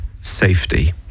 safety